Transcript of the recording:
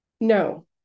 No